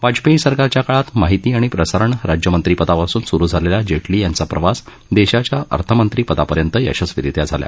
वाजपष्टी सरकारच्या काळात माहिती आणि प्रसारण राज्यमंत्रीपदापासून सुरु झालक्षा जठली यांचा प्रवास दक्षाच्या अर्थमंत्रीपदापर्यंत यशस्वीरीत्या झाला